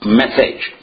message